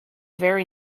very